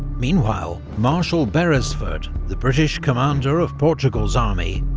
meanwhile marshal beresford, the british commander of portugal's army,